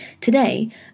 Today